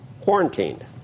quarantined